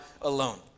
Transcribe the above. alone